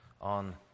on